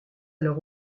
alors